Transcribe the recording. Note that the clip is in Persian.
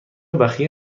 بخیه